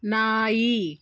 ನಾಯಿ